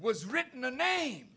was written a name